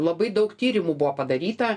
labai daug tyrimų buvo padaryta